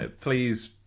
please